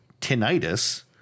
tinnitus